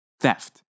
theft